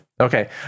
Okay